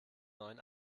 neuen